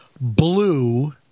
blue